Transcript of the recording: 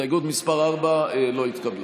הסתייגות מס' 4 לא התקבלה.